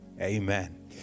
Amen